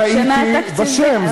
טעיתי בשם,